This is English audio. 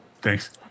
Thanks